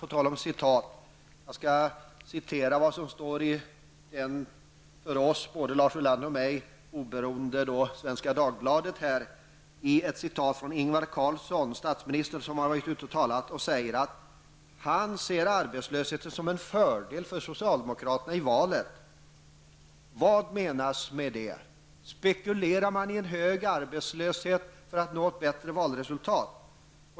På tal om citat skall jag redogöra för vad som står i en tidning som både Lars Ulander och jag är partipolitiskt obundna till, nämligen Svenska Dagbladet. Där refererades ett uttalande av statsminister Ingvar Carlsson. Där säger han att han ser arbetslösheten som en fördel för socialdemokraterna i valet. Vad menas med det? Spekulerar man i en hög arbetslöshet för att nå ett bättre valresultat?